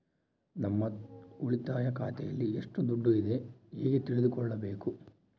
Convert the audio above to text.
ನಮ್ಮ ಉಳಿತಾಯ ಖಾತೆಯಲ್ಲಿ ಎಷ್ಟು ದುಡ್ಡು ಇದೆ ಹೇಗೆ ತಿಳಿದುಕೊಳ್ಳಬೇಕು?